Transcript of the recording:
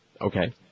Okay